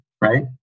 right